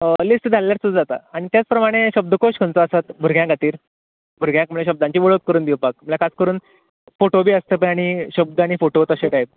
list धाडल्यार सुद्दां जाता आनी त्याच प्रमाणे शब्दकोश खंयचो आसा भुरग्यां खातीर भुरग्यांक म्हणजे शब्दांची वळख करून दिवपाक म्हणजे खास करून फॉटोग्राफ्स शब्द आनी फॉटो तशें टायप